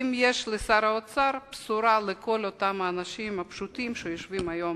האם יש לשר האוצר בשורה לכל אותם האנשים הפשוטים שיושבים היום